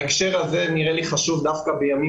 בהקשר הזה נראה לי חשוב דווקא בימים